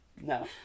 No